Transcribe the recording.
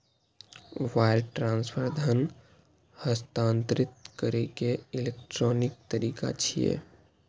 wire transfer धन हस्तांतरित करै के इलेक्ट्रॉनिक तरीका छियै